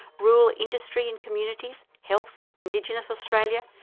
rural industry and communities, health, indigenous australia,